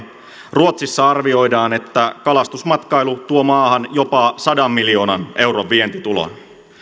ruotsissa arvioidaan että kalastusmatkailu tuo maahan jopa sadan miljoonan euron vientitulon